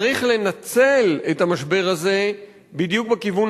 צריך לנצל את המשבר הזה בדיוק בכיוון